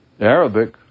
Arabic